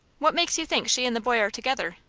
what makes you think she and the boy are together?